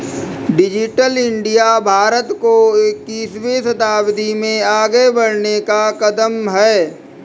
digital India Bharat को इक्कीसवें शताब्दी में आगे बढ़ने का कदम है